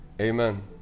Amen